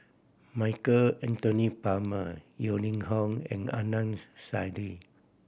Michael Anthony Palmer Yeo Ning Hong and Adnan's Saidi